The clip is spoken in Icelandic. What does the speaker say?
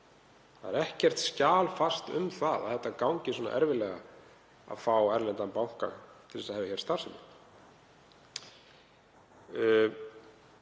Það er ekkert skjalfest um að það gangi svona erfiðlega að fá erlendan banka til að hefja hér starfsemi.